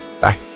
Bye